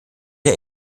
der